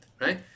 Right